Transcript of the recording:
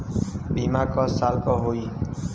बीमा क साल क होई?